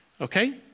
okay